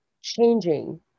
changing